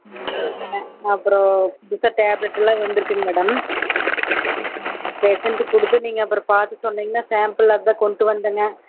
ம் இல்லை அப்புறம் புதுசாக டேப்லெட் எல்லாம் வந்திருக்குங்க மேடம் பேஷண்ட்டுக்கு கொடுத்து நீங்கள் அப்புறம் பார்த்து சொன்னிங்கன்னால் சாம்பிள் அதுதான் கொண்டுட்டு வந்தேங்க